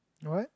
what